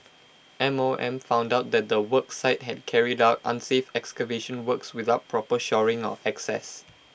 M O M found out that the work site had carried out unsafe excavation works without proper shoring or access